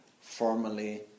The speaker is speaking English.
formally